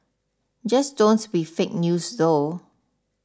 just don't be fake news though